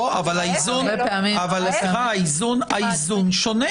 לא, אבל האיזון שונה.